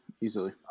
Easily